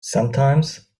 sometimes